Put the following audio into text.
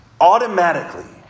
automatically